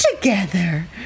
together